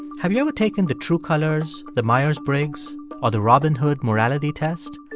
have you ever taken the true colors, the myers-briggs or the robin hood morality test?